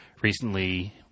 recently